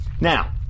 now